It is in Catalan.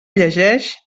llegeix